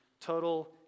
total